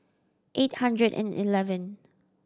eight hundred and eleven